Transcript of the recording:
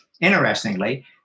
interestingly